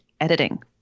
editing